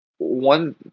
one